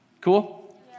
Cool